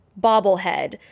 bobblehead